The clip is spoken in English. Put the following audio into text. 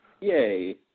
Yay